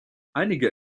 einige